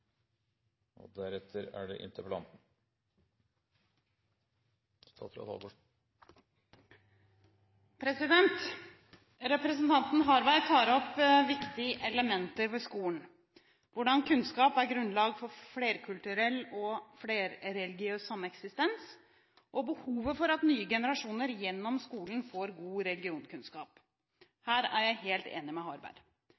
Representanten Harberg tar opp viktige elementer ved skolen: hvordan kunnskap er grunnlag for flerkulturell og flerreligiøs sameksistens, og behovet for at nye generasjoner gjennom skolen får god